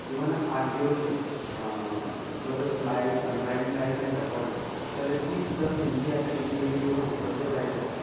even आरटीओचे तुका जर लाय ड्रायवींग लायसन्स काडपाक जाय जाल्यार ती सुद्दां संदी आतां इल्ली इल्ली करून उपलब्ध जायत येता